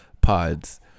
pods